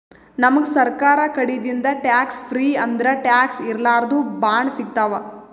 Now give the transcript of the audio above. ನಮ್ಗ್ ಸರ್ಕಾರ್ ಕಡಿದಿಂದ್ ಟ್ಯಾಕ್ಸ್ ಫ್ರೀ ಅಂದ್ರ ಟ್ಯಾಕ್ಸ್ ಇರ್ಲಾರ್ದು ಬಾಂಡ್ ಸಿಗ್ತಾವ್